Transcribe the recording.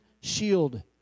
shield